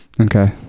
Okay